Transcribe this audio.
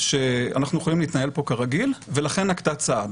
שאנחנו יכולים להתנהל פה כרגיל ולכן נקטה צעד.